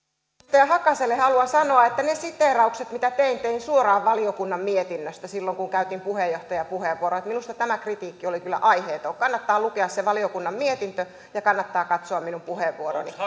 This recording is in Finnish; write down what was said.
hakaselle haluan sanoa että ne siteeraukset mitä tein tein suoraan valiokunnan mietinnöstä silloin kun käytin puheenjohtajan puheenvuoroa minusta tämä kritiikki oli kyllä aiheeton kannattaa lukea se valiokunnan mietintö ja kannattaa katsoa minun puheenvuoroni